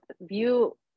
view